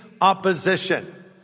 opposition